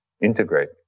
integrate